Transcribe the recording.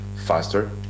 faster